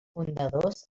fundadors